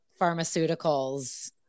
pharmaceuticals